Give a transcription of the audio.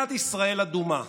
מדינת ישראל אדומה.